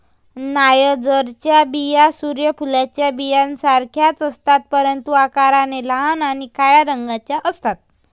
नायजरच्या बिया सूर्य फुलाच्या बियांसारख्याच असतात, परंतु आकाराने लहान आणि काळ्या रंगाच्या असतात